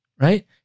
right